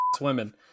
women